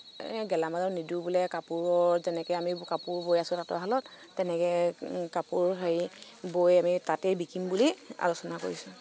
গেলামালৰ নিদো বোলে কাপোৰৰ তেনেকৈ আমি কাপোৰ বৈ আছো তাঁতৰশালত তেনেকৈ কাপোৰ হেৰি বৈ আমি তাতে বিকিম বুলি আলোচনা কৰিছোঁ